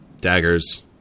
Daggers